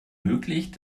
möglich